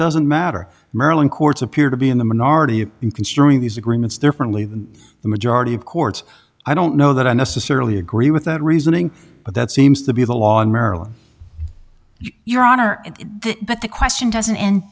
doesn't matter maryland courts appear to be in the minority in considering these agreements differently than the majority of courts i don't know that i necessarily agree with that reasoning but that seems to be the law in maryland your honor but the question doesn't end